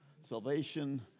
Salvation